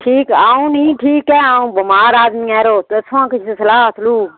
अं निं ठीक ऐ अंऊ बमार आदमीं ऐ यरो दस्सो हां कोई सलाह्